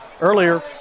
Earlier